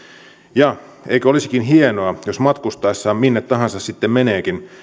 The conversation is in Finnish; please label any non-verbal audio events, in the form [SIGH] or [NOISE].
ja [UNINTELLIGIBLE] eikö olisikin hienoa jos matkustaessaan minne tahansa sitten meneekin